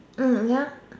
hmm yup